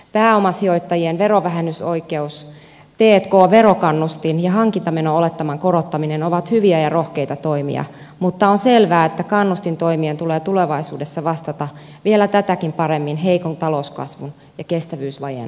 pääomasijoittajien verovähennysoikeus t k verokannustin ja hankintameno olettaman korottaminen ovat hyviä ja rohkeita toimia mutta on selvää että kannustintoimien tulee tulevaisuudessa vastata vielä tätäkin paremmin heikon talouskasvun ja kestävyysvajeen haasteisiin